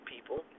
people